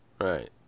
Right